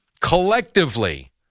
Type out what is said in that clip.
collectively